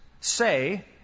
Say